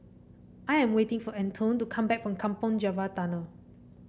I am waiting for Antone to come back from Kampong Java Tunnel